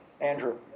Andrew